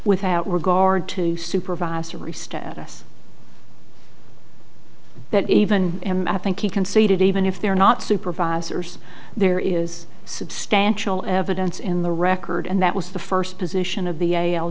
without regard to supervisory status that even a map and he conceded even if there are not supervisors there is substantial evidence in the record and that was the first position of the a l